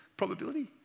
probability